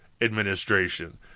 Administration